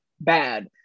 bad